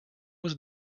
was